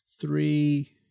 three